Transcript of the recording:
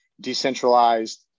decentralized